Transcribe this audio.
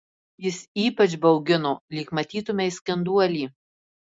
jis ypač baugino lyg matytumei skenduolį